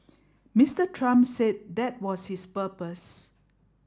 Mister Trump said that was his purpose